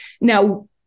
Now